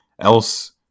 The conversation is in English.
else